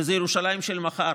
וזה ירושלים של מחר,